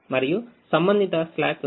మరియు సంబంధిత slack 0